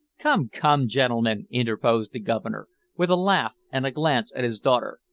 come, come, gentlemen, interposed the governor, with a laugh and a glance at his daughter,